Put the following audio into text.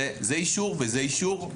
זה אישור וזה אישור,